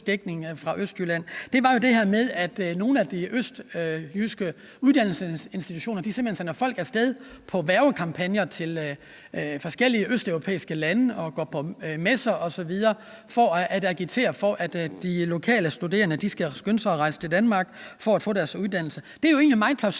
dækning fra Østjylland, og det var det her med, at nogle af de østjyske uddannelsesinstitutioner simpelt hen sender folk af sted på værgekampagner til forskellige østeuropæiske lande, og de går på messer osv. for at agitere for, at de lokale studerende skal skynde sig at rejse til Danmark for at få deres uddannelse. Det er jo egentlig meget plausibelt,